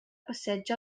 passeig